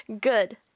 Good